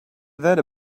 that